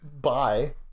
Bye